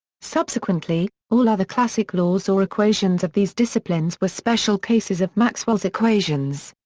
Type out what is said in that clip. subsequently, all other classic laws or equations of these disciplines were special cases of maxwell's equations.